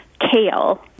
kale